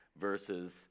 versus